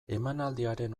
emanaldiaren